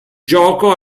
gioco